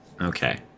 Okay